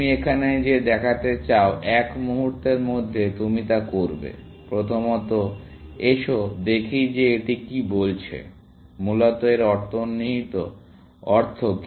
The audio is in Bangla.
তুমি এখানে যে দেখাতে চাও এক মুহূর্তের মধ্যে তুমি তা করবে প্রথমত এসো দেখি যে এটি কি বলছে মূলত এর অন্তর্নিহিত অর্থ কি